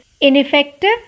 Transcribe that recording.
ineffective